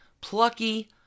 plucky